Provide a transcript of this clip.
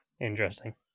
interesting